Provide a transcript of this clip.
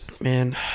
Man